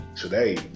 today